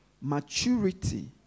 maturity